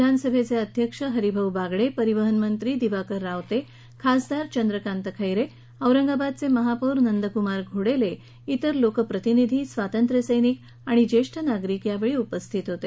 विधानसभा अध्यक्ष हरिभाऊ बागडेपरिवहन मंत्री दिवाकर रावते खासदार चंद्रकांत खैरे औरंगाबाद चे महापौर नंदक्मार घोडेले इतर लोकप्रतिनिधी स्वातंत्र्य सैनिक ज्येष्ठ नागरिक यावेळी उपस्थित होते